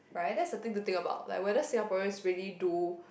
right that's the thing to think about like whether Singaporeans really do